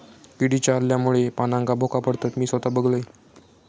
किडीच्या हल्ल्यामुळे पानांका भोका पडतत, मी स्वता बघलंय